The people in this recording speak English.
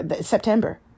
September